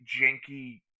janky